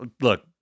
Look